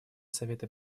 совета